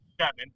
seven